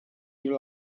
you